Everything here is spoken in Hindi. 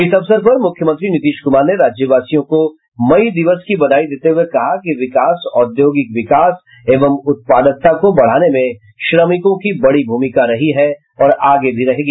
इस अवसर पर मुख्यमंत्री नीतीश कुमार ने राज्यवासियों को मई दिवस की बधाई देते हुये कहा कि विकास औद्योगिक विकास एवं उत्पादकता को बढ़ाने में श्रमिकों की बड़ी भूमिका रही है और आगे भी रहेगी